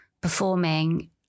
performing